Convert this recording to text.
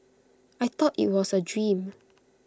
I thought IT was A dream